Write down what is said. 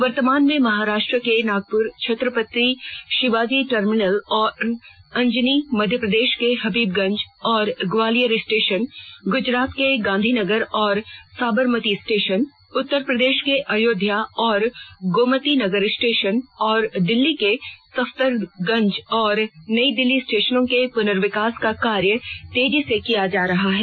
वर्तमान में महाराष्ट्र के नागपुर छत्रपति शिवाजी टर्मिनल और अजनी मध्यप्रदेश के हबीबगंज और ग्वालियर स्टेशन गुजरात के गांधीनगर और साबरमती स्टेशन उत्तर प्रदेश के अयोध्या और गोमतीनगर स्टेशन और दिल्ली के सफदरजंग और नई दिल्ली स्टेशनों के पुनर्विकास का कार्य तेजी से किया जा रहा है